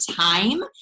time